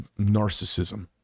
narcissism